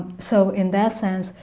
so in that sense,